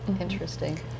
Interesting